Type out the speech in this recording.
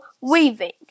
Weaving